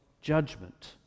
judgment